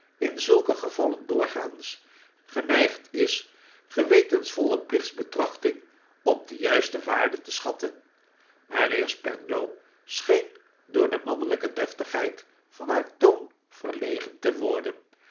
in zulke gevallen doorgaans geneigd is gewetensvolle plichtsbetrachting op de juiste waarde te schatten mijnheer spenlow scheen door de mannelijke deftigheid van haar toon verlegen te worden